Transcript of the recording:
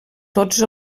tots